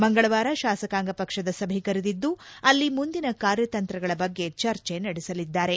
ಮಂಗಳವಾರ ಶಾಸಕಾಂಗ ಪಕ್ಷದ ಸಭೆ ಕರೆದಿದ್ದು ಅಲ್ಲಿ ಮುಂದಿನ ಕಾರ್ಯತಂತ್ರಗಳ ಬಗ್ಗೆ ಚರ್ಚೆ ನಡೆಸಲಿದ್ದಾರೆ